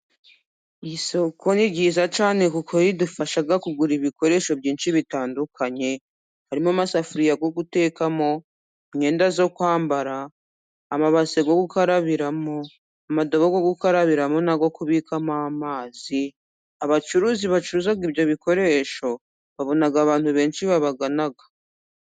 Isoko ni ryiza cyane kuko ridufasha kugura ibikoresho byinshi bitandukanye harimo:amasafuririya yo gutekamo, imyenda yo kwambara ,amabase yo gukarabiramo ,amadobo yo gukarabiramo n'ayo kubikamo amazi ,abacuruzi bacuruza ibyo bikoresho babona abantu benshi babagana.